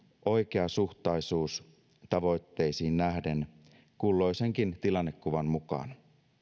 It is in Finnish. oikeasuhtaisuus tavoitteisiin nähden kulloisenkin tilannekuvan mukaan